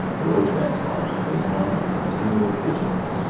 the roachback's life was one of continual vigilance,